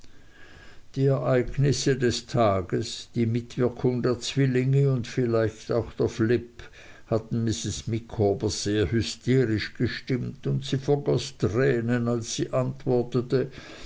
die ereignisse des tages die mitwirkung der zwillinge und vielleicht auch der flip hatten mrs micawber sehr hysterisch gestimmt und sie vergoß tränen als sie antwortete